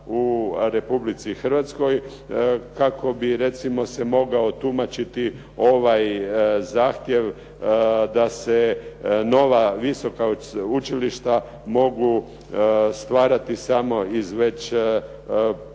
u Republici Hrvatskoj kako bi recimo se mogao tumačiti ovaj zahtjev da se nova visoka učilišta mogu stvarati samo iz već postojećih.